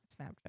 Snapchat